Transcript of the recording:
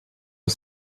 the